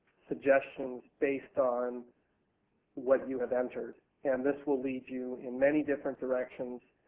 suggestions based on what you have entered. and this will lead you in many different directions,